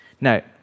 Now